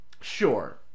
Sure